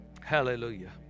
hallelujah